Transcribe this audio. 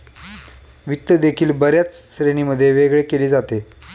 वित्त देखील बर्याच श्रेणींमध्ये वेगळे केले जाते